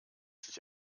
sich